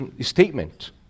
statement